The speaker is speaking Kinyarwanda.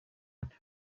undi